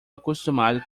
acostumado